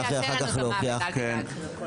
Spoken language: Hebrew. הוא יעשה לנו את המוות, אל תדאג.